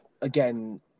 again